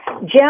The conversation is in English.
Jim